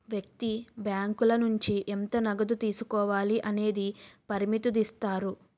వ్యక్తి బ్యాంకుల నుంచి ఎంత నగదు తీసుకోవాలి అనేది పరిమితుదిస్తారు